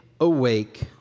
awake